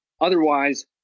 otherwise